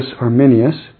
Arminius